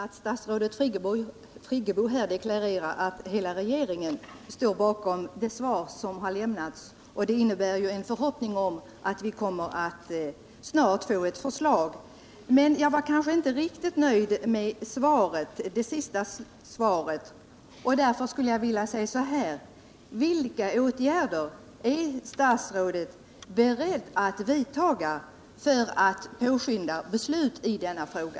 Herr talman! Det är tillfredsställande att statsrådet Friggebo här deklarerar att hela regeringen står bakom det svar som har lämnats. Det innebär att jag kan hysa en förhoppning om att vi snart kommer att få ett förslag. Jag var dock inte riktigt nöjd med det sist lämnade beskedet, och därför skulle jag vilja ställa ytterligare en fråga: Vilka åtgärder är statsrådet beredd att vidta för att påskynda beslut i denna fråga?